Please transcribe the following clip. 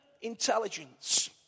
intelligence